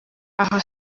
aha